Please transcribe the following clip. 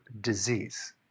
disease